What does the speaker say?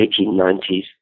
1890s